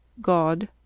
God